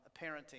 parenting